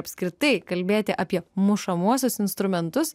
apskritai kalbėti apie mušamuosius instrumentus